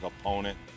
opponent